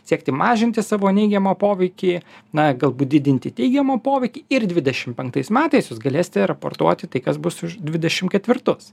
siekti mažinti savo neigiamą poveikį na galbūt didinti teigiamą poveikį ir dvidešim penktais metais jūs galėsite raportuoti tai kas bus už dvidešim ketvirtus